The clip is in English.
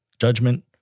judgment